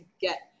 get